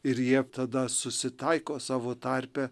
ir jie tada susitaiko savo tarpe